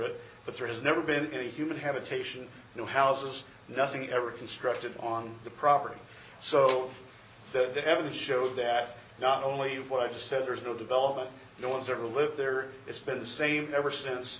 it but there has never been any human habitation no houses nothing ever constructed on the property so that the every show that not only what i just said there's no development no one's ever lived there it's been the same ever